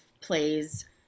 plays